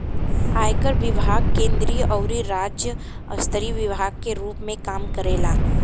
आयकर विभाग केंद्रीय अउरी राज्य स्तरीय विभाग के रूप में काम करेला